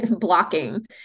blocking